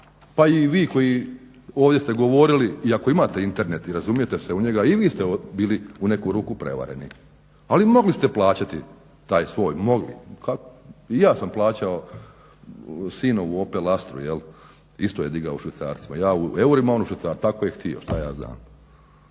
pa i vi koji ovdje ste govorili iako imate Internet i razumijete se u njega i vi ste bili u neku ruku prevarenu. Ali mogli ste plaćati taj svoj, mogli, i ja sam plaćao sinovu Opel astru, isto je digao u švicarcima. Ja u eurima, on u švicarcima, tako je htio šta ja znam.